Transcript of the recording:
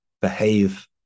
behave